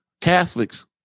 Catholics